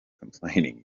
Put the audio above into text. complaining